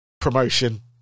promotion